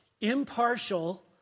Impartial